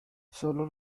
solo